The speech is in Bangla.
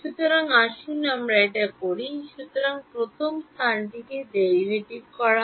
সুতরাং আসুন আমরা এটি করি সুতরাং প্রথম স্থানিক ডেরাইভেটিভ হয়